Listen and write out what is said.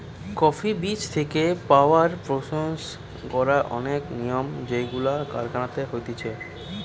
coffee বীজ থেকে powder process করার অনেক নিয়ম যেইগুলো কারখানায় হতিছে